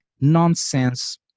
nonsense